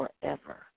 forever